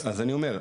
אז אני אומר,